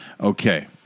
Okay